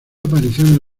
apariciones